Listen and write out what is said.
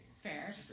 Fair